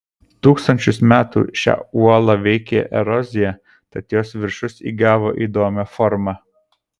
tūkstančius metų šią uolą veikė erozija tad jos viršus įgavo įdomią formą